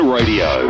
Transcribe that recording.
Radio